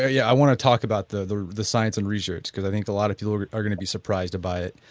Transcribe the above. yeah i want to talk about the the science and research because i think a lot of people are going to be surprised by it.